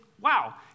wow